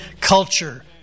culture